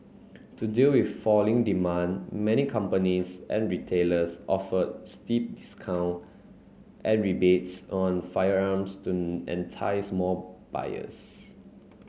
to deal with falling demand many companies and retailers offered steep discount and rebates on firearms to entice more buyers